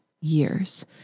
years